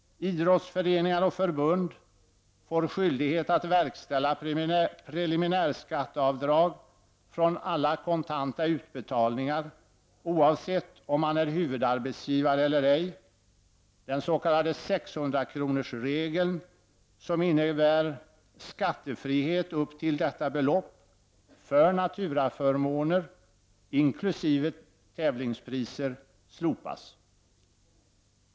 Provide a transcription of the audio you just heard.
Idrottsföreningar och förbund får skyldighet att verkställa preliminärskatteavdrag från alla kontanta utbetalningar, oavsett om man är huvudarbetsgivare eller ej. Den s.k. 600-kronorsregeln, som innebär skattefrihet för naturaförmåner, inkl. tävlingspriser, upp till detta belopp, slopas.